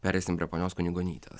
pereisim prie ponios kunigonytės